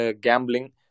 gambling